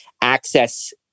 access